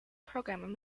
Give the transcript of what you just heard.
programming